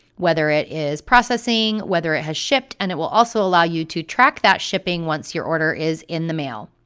whether it is processing, whether it has shipped, and it will also allow you to track that shipping once your order is in the mail.